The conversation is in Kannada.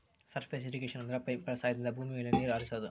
ಸರ್ಫೇಸ್ ಇರ್ರಿಗೇಷನ ಅಂದ್ರೆ ಪೈಪ್ಗಳ ಸಹಾಯದಿಂದ ಭೂಮಿ ಮೇಲೆ ನೀರ್ ಹರಿಸೋದು